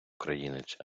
українець